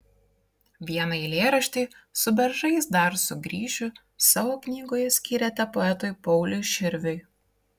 vieną eilėraštį su beržais dar sugrįšiu savo knygoje skyrėte poetui pauliui širviui